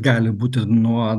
gali būti nuo